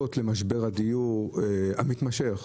הסיבות למשבר הדיור המתמשך.